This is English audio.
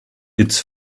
its